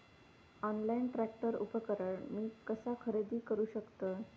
Online tractor उपकरण मी कसा खरेदी करू शकतय?